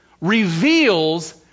reveals